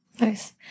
Nice